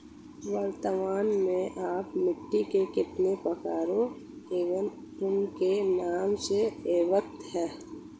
वर्तमान में आप मिट्टी के कितने प्रकारों एवं उनके नाम से अवगत हैं?